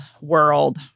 world